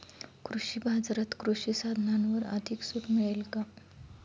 कृषी बाजारात कृषी साधनांवर अधिक सूट मिळेल का?